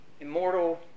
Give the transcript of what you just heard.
immortal